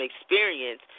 experience